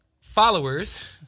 followers